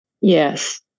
Yes